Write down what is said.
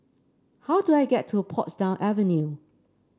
how do I get to Portsdown Avenue